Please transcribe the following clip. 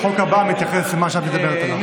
החוק הבא מתייחס למה שאת מדברת עליו.